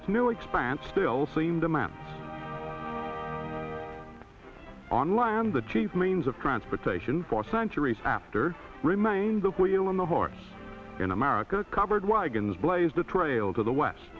its new expanse still seemed a man on land the chief means of transportation for centuries after remained the wheel in the hearts in america covered wagons blazed the trail to the west